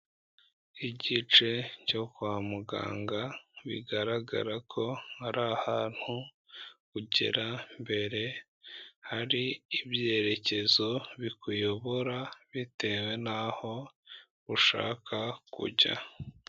Igice cyo kwa muganga bigaragara ko ari ahantu ugera mbere, hari ibyerekezo bikuyobora, bitewe n'aho ushaka kujya.